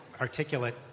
articulate